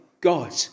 God